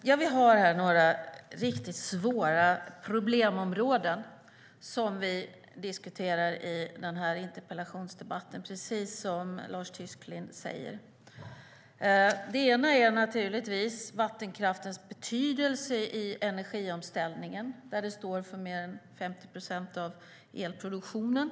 Fru talman! Vi har några riktigt svåra problemområden som vi diskuterar i interpellationsdebatten, precis som Lars Tysklind säger. Ett område är vattenkraftens betydelse i energiomställningen. Den står för mer än 50 procent av elproduktionen.